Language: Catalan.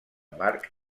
marc